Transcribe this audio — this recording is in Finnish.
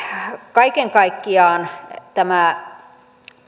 kaiken kaikkiaan tämän